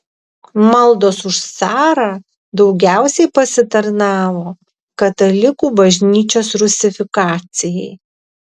maldos už carą daugiausiai pasitarnavo katalikų bažnyčios rusifikacijai